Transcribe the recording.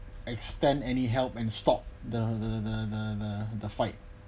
extend any help and stop the the the the the the fight